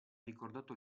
ricordato